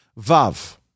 Vav